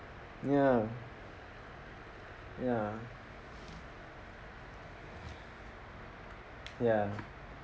ya ya ya ya